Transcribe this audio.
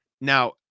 Now